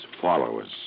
followers